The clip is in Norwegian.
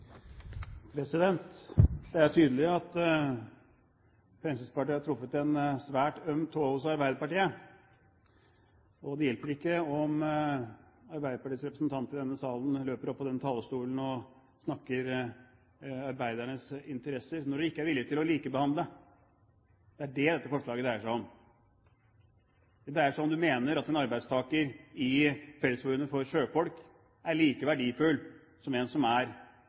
denne salen løper opp på talerstolen og snakker om arbeidernes interesser, når de ikke er villig til å likebehandle. Det dette forslaget dreier seg om, er at man mener at en arbeidstaker i Fellesforbundet For Sjøfolk er like verdifull som en som er